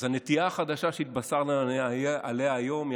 הנטיעה החדשה שהתבשרנו עליה היום היא